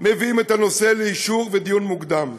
מביאים את הנושא לאישור ודיון מוקדם,